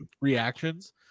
reactions